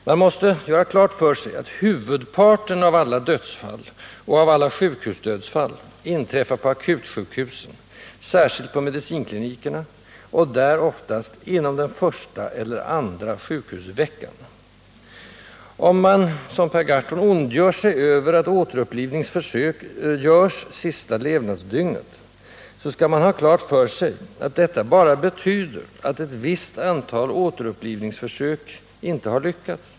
Man måste göra klart för sig att huvudparten av alla dödsfall — och av alla sjukhusdödsfall — inträffar på akutsjukhusen, särskilt på medicinklinikerna, och där oftast inom den första eller andra sjukhusveckan. Om man, som Per Gahrton, ondgör sig över att återupplivningsförsök görs ”sista levnadsdygnet”, skall man ha klart för sig att detta bara betyder att ett visst antal återupplivningsförsök inte har lyckats.